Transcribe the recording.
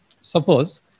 Suppose